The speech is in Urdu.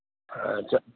اچھا